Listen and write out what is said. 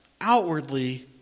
outwardly